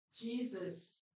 Jesus